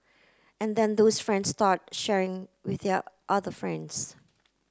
and then those friends start sharing with their other friends